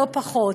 לא פחות.